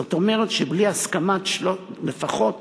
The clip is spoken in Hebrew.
זאת אומרת, בלי הסכמת לפחות